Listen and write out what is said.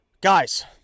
guys